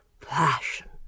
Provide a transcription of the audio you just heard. Passion